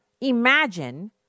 imagine –